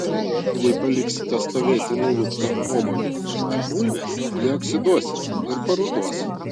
jei paliksite stovėti nuluptą obuolį ar bulvę jie oksiduosis ir paruduos